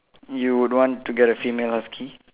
you would want to get a female husky